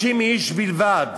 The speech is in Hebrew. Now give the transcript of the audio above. איש בלבד